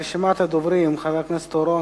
רשימת הדוברים: חבר הכנסת אורון,